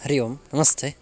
हरिः ओम् नमस्ते